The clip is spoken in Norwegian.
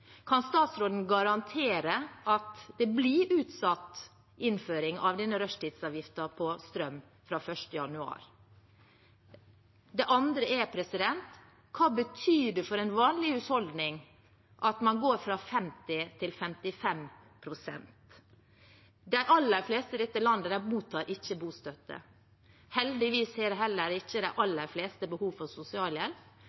Kan statsråden garantere at innføringen av rushtidsavgift på strøm fra 1. januar blir utsatt? Det andre er: Hva betyr det for en vanlig husholdning at man går fra 50 til 55 pst.? De aller fleste i dette landet mottar ikke bostøtte. Heldigvis har heller ikke